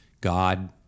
God